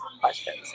questions